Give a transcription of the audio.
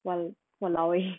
!wah! !walao! eh